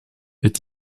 est